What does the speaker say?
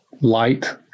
light